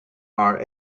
are